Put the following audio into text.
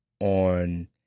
on